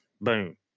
boom